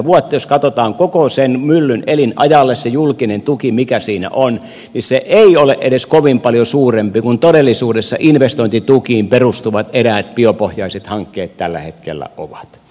jos katsotaan koko sen myllyn elinajalle se julkinen tuki mikä siinä on niin se ei ole edes kovin paljon suurempi kuin todellisuudessa investointitukiin perustuvat eräät biopohjaiset hankkeet tällä hetkellä ovat